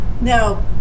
Now